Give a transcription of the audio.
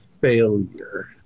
failure